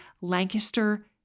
Lancaster